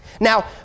Now